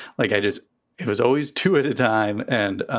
like i just it was always two at a time and.